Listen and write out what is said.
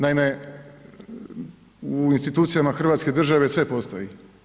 Naime u institucijama Hrvatske države sve postoji.